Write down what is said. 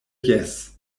jes